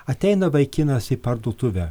ateina vaikinas į parduotuvę